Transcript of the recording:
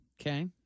Okay